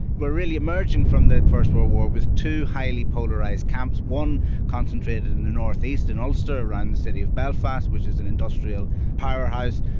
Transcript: but really emerging from the first world war with two highly polarised camps, one concentrated in the north-east in ulster around the city of belfast which is an industrial powerhouse,